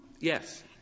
Yes